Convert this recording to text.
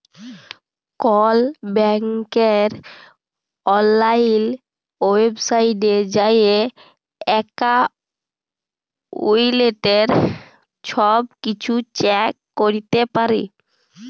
call ব্যাংকের অললাইল ওয়েবসাইটে যাঁয়ে এক্কাউল্টের ছব কিছু চ্যাক ক্যরতে পারি